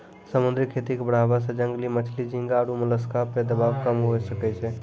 समुद्री खेती के बढ़ाबै से जंगली मछली, झींगा आरु मोलस्क पे दबाब कम हुये सकै छै